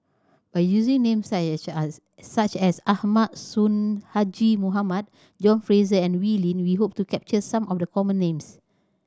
by using names as such as Ahmad Sonhadji Mohamad John Fraser and Wee Lin we hope to capture some of the common names